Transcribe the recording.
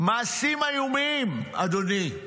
מעשים איומים, אדוני,